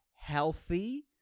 healthy